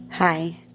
Hi